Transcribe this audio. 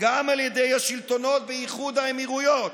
גם על ידי השלטונות באיחוד האמירויות,